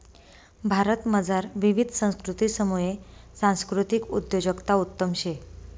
भारतमझार विविध संस्कृतीसमुये सांस्कृतिक उद्योजकता उत्तम शे